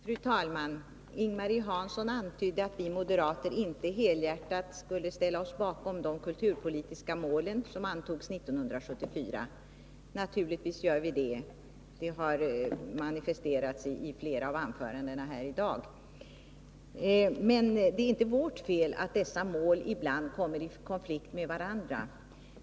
Fru talman! Ing-Marie Hansson antydde att vi moderater inte helhjärtat skulle ställa oss bakom de kulturpolitiska mål som antogs 1974. Naturligtvis gör vi det, det har manifesterats i flera av anförandena här i dag. Men det är inte vårt fel att dessa mål ibland kommer i konflikt med varandra.